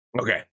okay